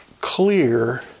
clear